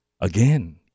again